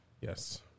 yes